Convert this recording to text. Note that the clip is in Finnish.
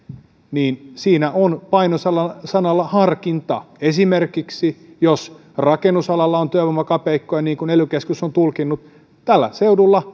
niin siinä on paino sanalla sanalla harkinta esimerkiksi jos rakennusalalla on työvoimakapeikkoja niin kuin ely keskus on tulkinnut tällä seudulla